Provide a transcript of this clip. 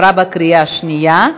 התקבלה בקריאה שנייה.